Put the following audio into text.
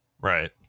Right